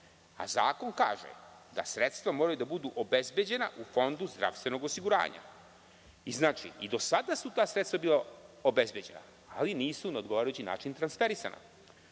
a zakon kaže da sredstva moraju da budu obezbeđena u Fondu zdravstvenog osiguranja. Znači, i do sada su ta sredstva bila obezbeđena, ali nisu na odgovarajući način transferisana. Mi